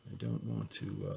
don't want to,